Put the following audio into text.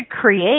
create